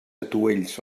atuells